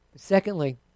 Secondly